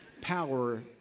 Power